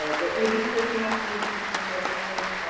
but is it safe enough to be consumed by humans?